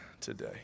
today